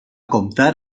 comptar